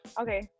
Okay